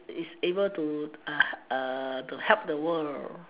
is able to to help the world